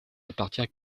appartient